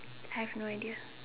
I have no idea